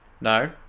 No